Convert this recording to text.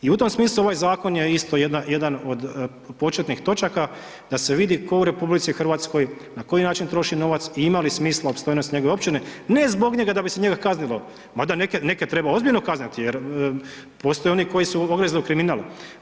I u tom smislu je ovaj zakon isto jedan od početnih točaka, da se vidi ko u RH, na koji način troši novac i ima li smisla opstojnosti njegove općine ne zbog njega da bi se njega kaznilo mada neka treba ozbiljno kazniti jer postoje oni koji su ogrezli u kriminal.